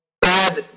bad